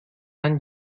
han